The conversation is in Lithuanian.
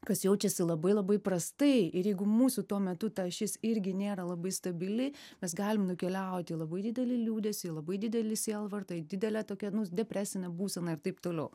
kas jaučiasi labai labai prastai ir jeigu mūsų tuo metu ta ašis irgi nėra labai stabili mes galim nukeliaut į labai didelį liūdesį į labai didelį sielvartą į didelę tokią nu depresinę būseną ir taip toliau